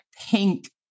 pink